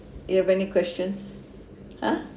you have any questions !huh!